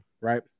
Right